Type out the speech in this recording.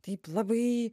taip labai